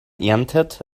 erntet